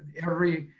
every